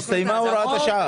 הסתיימה הוראת השעה.